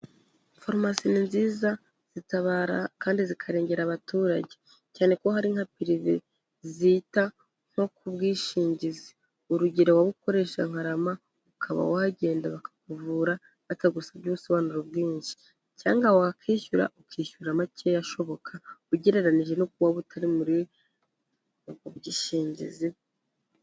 Farumasi ni nziza zitabara kandi zikarengera abaturage cyane ko hari nka pirive zita nko ku bwishingizi urugero waba ukoresha nka rama ukaba wagenda bakakuvura batagusabye ubusobanuro bwinshi, cyangwa wakwishyura ukishyura make ashoboka ugereranyije no kuba utari muri ubwo bwishingizi.